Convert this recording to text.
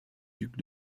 duc